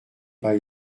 pas